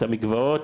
את המקוואות.